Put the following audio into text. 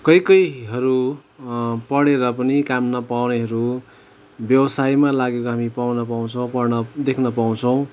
कोही कोहीहरू पढेर पनि काम नपाउनेहरू व्यवसायमा लागेको हामी पनि पाउँछौँ पढ्न देख्न पाउँछौँ